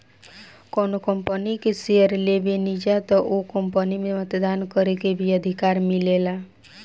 कौनो कंपनी के शेयर लेबेनिजा त ओ कंपनी में मतदान करे के भी अधिकार मिलेला